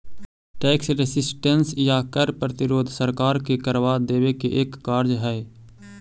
tax resistance या कर प्रतिरोध सरकार के करवा देवे के एक कार्य हई